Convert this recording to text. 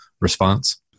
response